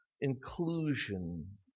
inclusion